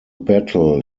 battle